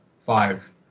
five